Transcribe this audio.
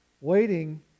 Waiting